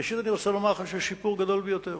ראשית, אני רוצה לומר לך שיש שיפור גדול ביותר